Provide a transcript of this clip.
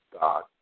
God